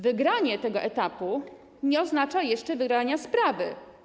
Wygranie tego etapu nie oznacza jeszcze wygrania sprawy.